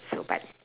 so but